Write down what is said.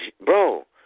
bro